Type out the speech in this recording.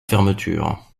fermeture